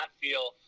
feel